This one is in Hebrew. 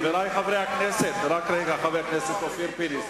אופיר פינס,